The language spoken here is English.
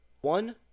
one